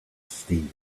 steaming